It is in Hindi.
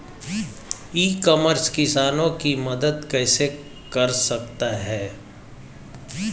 ई कॉमर्स किसानों की मदद कैसे कर सकता है?